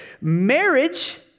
Marriage